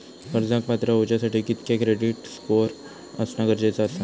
कर्जाक पात्र होवच्यासाठी कितक्या क्रेडिट स्कोअर असणा गरजेचा आसा?